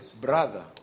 brother